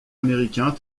américains